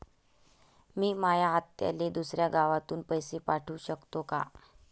मी माया आत्याले दुसऱ्या गावातून पैसे पाठू शकतो का?